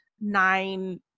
nine